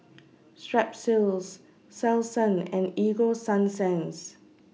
Strepsils Selsun and Ego Sunsense